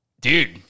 Dude